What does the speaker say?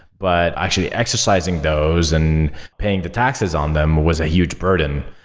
but actually exercising those and paying the taxes on them was a huge burden.